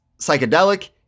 psychedelic